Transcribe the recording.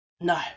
No